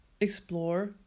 explore